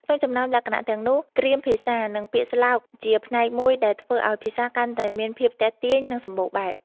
ក្នុងចំណោមលក្ខណៈទាំងនោះ គ្រាមភាសា និងពាក្យស្លោកជាផ្នែកមួយដែលធ្វើឲ្យភាសាកាន់តែមានភាពទាក់ទាញ និងសម្បូរបែប។